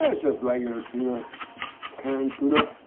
ah just regular tuna canned tuna